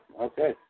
Okay